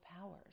powers